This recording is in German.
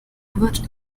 wird